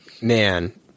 Man